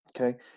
okay